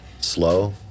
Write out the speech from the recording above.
Slow